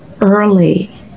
early